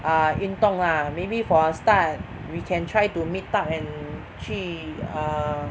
err 运动 lah maybe for a start we can try to meet up and 去 err